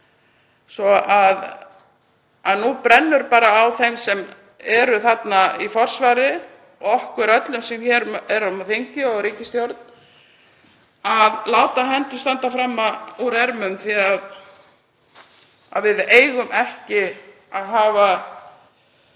rjúpuna. Nú brennur á þeim sem eru þarna í forsvari og okkur öllum sem hér erum á þingi og í ríkisstjórn að láta hendur standa fram úr ermum því að við eigum ekki að hafa